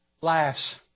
laughs